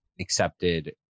accepted